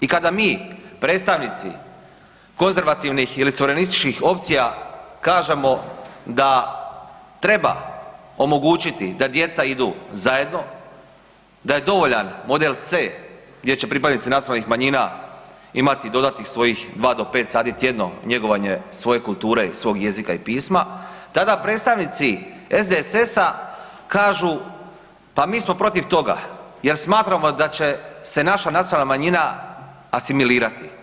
I kada mi predstavnici konzervativnih ili …/nerazumljivo/… opcija kažemo da treba omogućiti da djeca idu zajedno, da je dovoljan model C gdje će pripadnici nacionalnih manjina imati dodatnih svojih 2 do 5 sati tjedno njegovanje svoje kulture, svog jezika i pisma tada predstavnici SDSS-a kažu pa mi smo protiv toga jer smatramo da će se naša nacionalna manjina asimilirati.